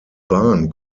bahn